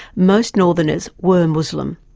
most northerners were muslim.